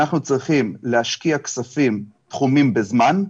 אנחנו צריכים להשקיע כספים תחומים בזמן,